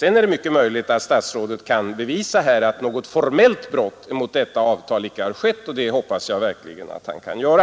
Sedan är det mycket möjligt att statsrådet kan bevisa här att något formellt brott mot detta avtal icke har skett, och det hoppas jag verkligen att han kan göra.